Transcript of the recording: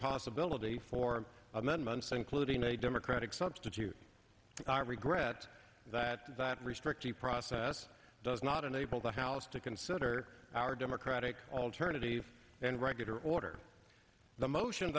possibility for amendments including a democratic substitute regret that that restricts the process does not enable the house to consider our democratic alternative and regular order the motion